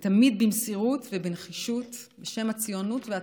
ותמיד במסירות ובנחישות בשם הציונות והתקווה.